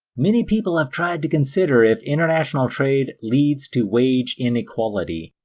many people have tried to consider if international trade leads to wage inequality.